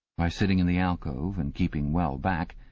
by sitting in the alcove, and keeping well back,